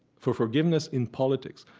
for forgiveness in politics.